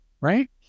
right